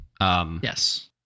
Yes